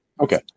Okay